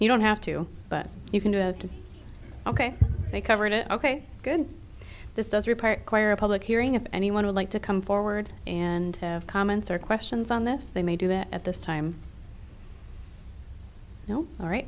you don't have to but you can do to ok they covered it ok good this does your part choir public hearing if anyone would like to come forward and have comments or questions on this they may do that at this time all right